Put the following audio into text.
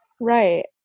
Right